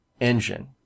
engine